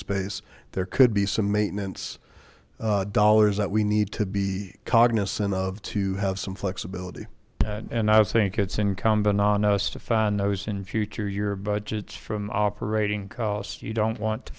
space there could be some maintenance dollars that we need to be cognizant of to have some flexibility and i think it's incumbent on us to find i was in future your budgets from operating costs you don't want to